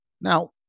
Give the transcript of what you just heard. now